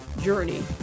journey